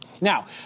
Now